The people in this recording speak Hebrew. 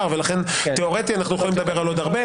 לכן תיאורטית אנו יכולים לדבר על עוד הרבה.